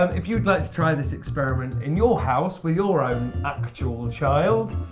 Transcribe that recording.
um if you would like to try this experiment in your house with your own actual child.